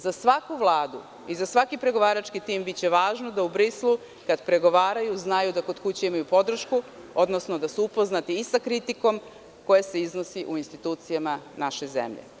Za svaku Vladu i za svaki pregovarački tim biće važno da u Briselu, kada pregovaraju znaju da kod kuće imaju podršku, odnosno da su upoznati i sa kritikom, koja se iznosi u institucijama naše zemlje.